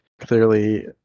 clearly